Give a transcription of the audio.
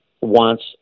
wants